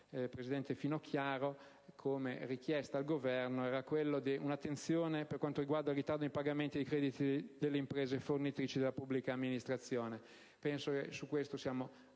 presidente Finocchiaro, come richiesta al Governo, era un'attenzione per quanto riguarda il ritardo nei pagamenti dei crediti delle imprese fornitrici della pubblica amministrazione. Penso che su questo siamo